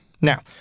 Now